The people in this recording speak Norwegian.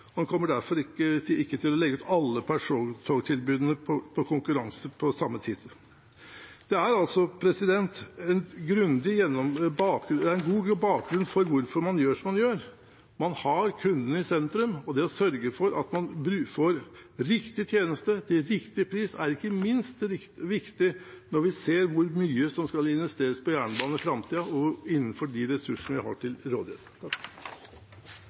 og man kommer derfor ikke til å legge ut alle persontogtilbudene for konkurranse på samme tid. Det er altså en god bakgrunn for hvorfor man gjør som man gjør. Man har kundene i sentrum, og det å sørge for at man får riktig tjeneste til riktig pris er ikke minst viktig når vi ser hvor mye som skal investeres på jernbanen i framtiden innenfor de ressursene vi har til